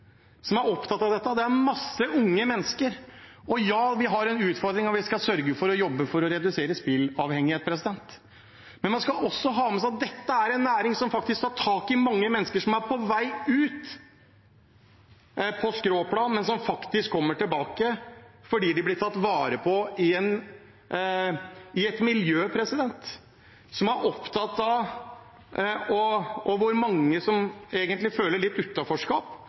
som er opptatt av dette. Det er mange unge mennesker. Ja, vi har en utfordring, og vi skal jobbe for å redusere spilleavhengighet, men man skal også ha med seg at dette er en næring som tar tak i mange mennesker som er på vei ut på skråplanet, men som kommer seg tilbake fordi de blir tatt vare på i et miljø hvor det egentlig er mange som føler litt